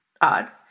odd